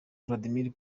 vladimir